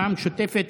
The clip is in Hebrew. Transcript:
המשותפת,